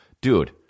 dude